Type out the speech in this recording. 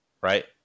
right